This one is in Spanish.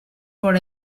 por